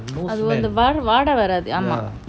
அதுவும் அந்த வாடா வரத்து ஆமா:athuvum antha vaada varathu ama